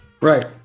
Right